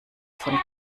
von